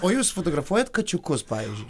o jūs fotografuojat kačiukus pavyzdžiui